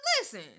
listen